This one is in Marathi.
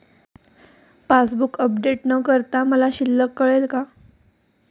पासबूक अपडेट न करता मला शिल्लक कळेल का?